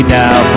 now